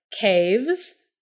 caves